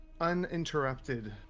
uninterrupted